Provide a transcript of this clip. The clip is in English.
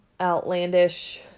outlandish